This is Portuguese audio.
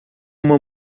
uma